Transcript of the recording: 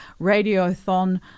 Radiothon